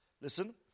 Listen